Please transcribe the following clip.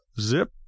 Zip